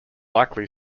likely